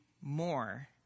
more